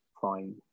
fine